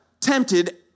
tempted